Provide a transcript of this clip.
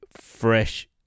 fresh